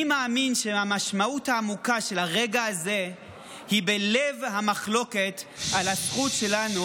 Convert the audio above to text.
אני מאמין שהמשמעות העמוקה של הרגע הזה היא בלב המחלוקת על הזכות שלנו,